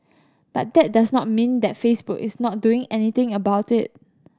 but that does not mean that Facebook is not doing anything about it